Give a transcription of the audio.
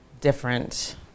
different